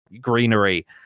greenery